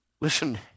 Listen